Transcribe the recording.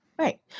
Right